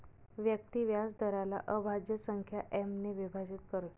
व्यक्ती व्याजदराला अभाज्य संख्या एम ने विभाजित करतो